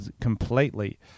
completely